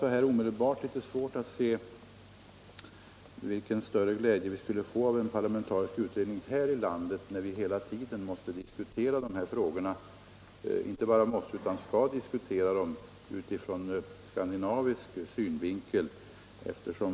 Så här omedelbart har jag litet svårt att se vilken glädje vi skulle ha av en sådan parlamentarisk utredning här i landet, när vi ju hela tiden måste diskutera dessa frågor utifrån skandinavisk synvinkel.